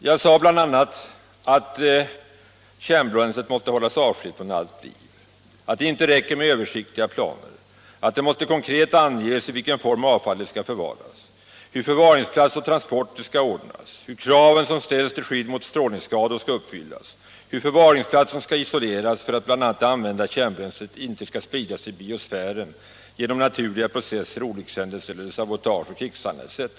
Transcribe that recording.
Jag sade bl.a. att kärnbränslet måste hållas avskilt från allt liv, att det inte räcker med översiktliga planer, att det måste konkret anges i vilken form avfallet skall förvaras, hur förvaringsplats och transporter skall ordnas, hur kraven som ställs till skydd mot strålningsskador skall uppfyllas, hur förvaringsplatsen skall isoleras för att bl.a. det använda kärnbränslet inte skall spridas i biosfären genom naturliga processer, olyckshändelser, sabotage, krigshandlingar etc.